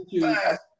fast